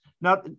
now